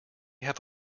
have